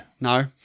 No